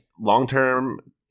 long-term